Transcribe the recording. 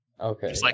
Okay